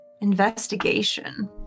Investigation